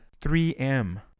3M